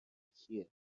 کیه